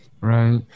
Right